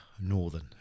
Northern